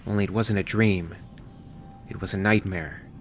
only it was'nt a dream it was a nightmare.